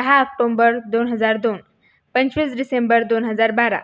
दहा आक्टोंबर दोन हजार दोन पंचवीस डिसेंबर दोन हजार बारा